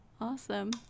awesome